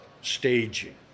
staging